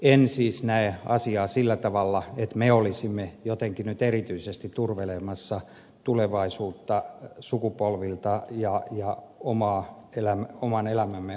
en siis näe asiaa sillä tavalla että me olisimme jotenkin nyt erityisesti turmelemassa tulevaisuutta sukupolvilta ja oman elämämme kannalta